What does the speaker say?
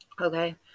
Okay